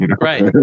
Right